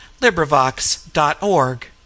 LibriVox.org